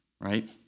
right